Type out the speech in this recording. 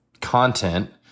content